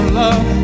love